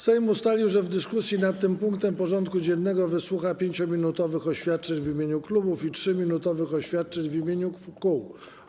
Sejm ustalił, że w dyskusji nad punktem porządku dziennego wysłucha 5-minutowych oświadczeń w imieniu klubów i 3-minutowych oświadczeń w imieniu kół.